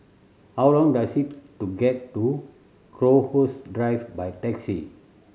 how long does it to get to Crowhurst Drive by taxi